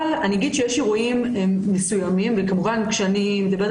אבל אני אגיד שיש אירועים מסוימים כמובן כשאני מדברת,